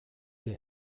der